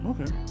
Okay